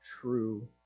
true